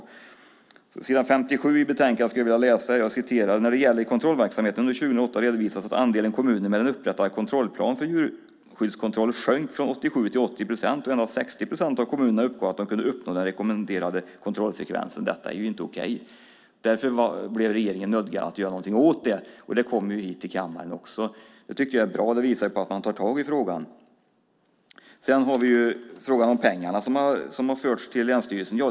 Jag läser på s. 57 i betänkandet: "När det gäller kontrollverksamheten under 2008 redovisas att andelen kommuner med en upprättad kontrollplan för djurskyddskontroll sjönk från 87 till 80 procent, och endast 60 procent av kommunerna uppgav att de kunde uppnå den rekommenderade kontrollfrekvensen." Detta är inte okej. Därför blev regeringen nödgad att göra något åt det, och det kom hit till kammaren. Det tycker jag är bra. Det visar att man tar tag i frågan. Sedan har vi frågan om pengarna som har förts till länsstyrelserna.